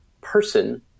person